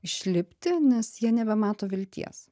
išlipti nes jie nebemato vilties